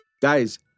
guys